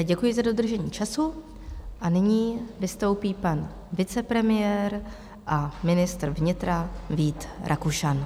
Děkuji za dodržení času a nyní vystoupí pan vicepremiér a ministr vnitra Vít Rakušan.